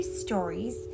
stories